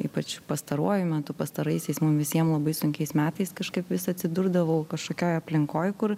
ypač pastaruoju metu pastaraisiais mum visiem labai sunkiais metais kažkaip vis atsidurdavau kažkokioj aplinkoj kur